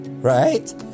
Right